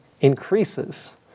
increases